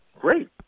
great